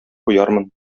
куярмын